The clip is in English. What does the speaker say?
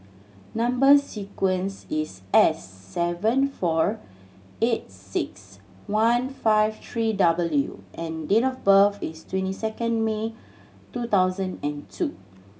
number sequence is S seven four eight six one five three W and date of birth is twenty second May two thousand and two